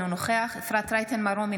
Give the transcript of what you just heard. אינו נוכח אפרת רייטן מרום,